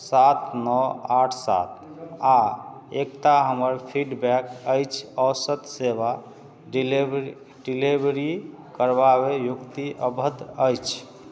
सात नओ आठ सात आओर एतए हमर फीडबैक अछि औसत सेवा डिलिवरी डिलिवरी करबाबै व्यक्ति अभद्र अछि